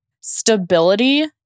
stability